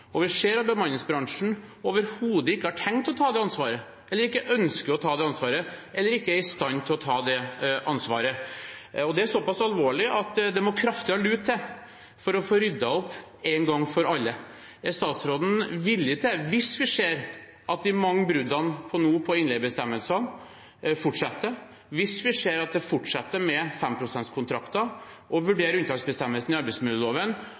Vi ser at bemanningsbransjen overhodet ikke har tenkt å ta det ansvaret, ikke ønsker å ta det ansvaret, eller ikke er i stand til å ta det ansvaret. Og dette er såpass alvorlig at det må kraftigere lut til for å få ryddet opp én gang for alle. Er statsråden villig til – hvis vi ser at de mange bruddene på innleiebestemmelsene fortsetter, hvis vi ser at man fortsetter med 5-prosentkontrakter – å vurdere unntaksbestemmelsene i arbeidsmiljøloven